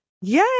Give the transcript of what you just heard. yay